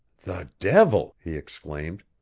the devil! he exclaimed.